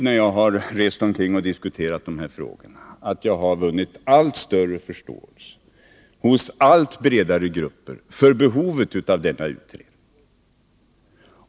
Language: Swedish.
När jag har rest omkring och diskuterat dessa frågor har jag upplevt det så att jag har vunnit allt större förståelse hos allt bredare grupper för behovet av denna utredning.